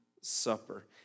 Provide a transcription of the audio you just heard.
supper